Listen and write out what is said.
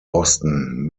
boston